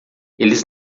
eles